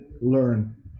learn